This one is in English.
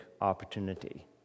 opportunity